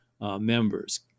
members